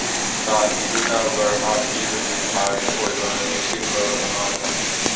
ꯆꯥꯟꯕꯤꯗꯨꯅ ꯚꯔꯍꯥ ꯄꯤꯕꯒꯤ ꯊꯥꯒꯤ ꯑꯣꯏꯕ ꯅꯤꯡꯁꯤꯡꯕ ꯑꯃ ꯊꯝꯕꯤꯌꯨ